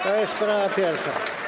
To jest sprawa pierwsza.